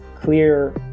clear